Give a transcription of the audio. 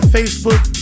Facebook